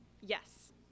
Yes